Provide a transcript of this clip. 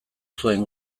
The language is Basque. zuen